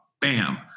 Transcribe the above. bam